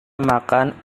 makan